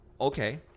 okay